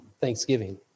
Thanksgiving